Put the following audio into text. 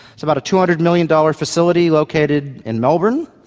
it's about a two hundred million dollars facility, located in melbourne,